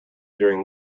during